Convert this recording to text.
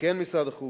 וכן משרד החוץ,